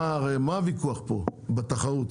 הרי מה הוויכוח פה בתחרות?